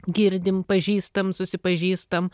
girdim pažįstam susipažįstam